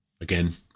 Again